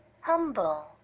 humble